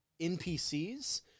NPCs